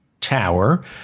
Tower